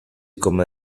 come